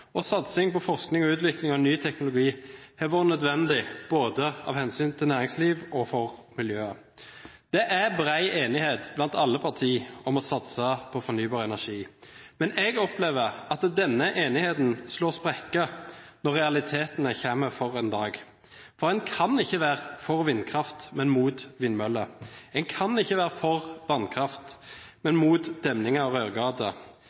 og satsing på forskning og utvikling av ny teknologi vært nødvendig av hensyn til både næringslivet og miljøet. Det er bred enighet blant alle partier om å satse på fornybar energi, men jeg opplever at denne enigheten slår sprekker når realitetene kommer for en dag. En kan ikke være for vindkraft, men imot vindmøller. En kan ikke være for vannkraft,